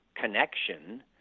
connection